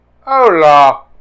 Hola